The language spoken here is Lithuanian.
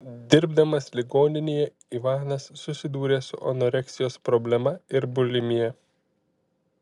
dirbdamas ligoninėje ivanas susidūrė su anoreksijos problema ir bulimija